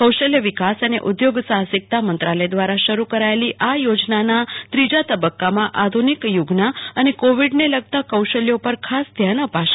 કૌશલ્ય વિકાસ અને ઉદ્યોગ સાહસિકતા મંત્રાલય દ્વારા શરૂ કરાયેલી આ યોજનાના ત્રીજા તબક્કામાં આધુનિક યુગનાં અને કોવિડને લગતાં કૌશલ્યો પર ખાસ ધ્યાન અપાશે